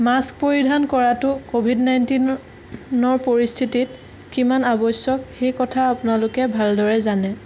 mask পৰিধান কৰাতো covid নাইণ্টিনৰ পৰিস্থিতিত কিমান আৱশ্যক সেই কথা আপোনালোকে ভালদৰে জানে